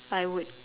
I would